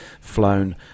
flown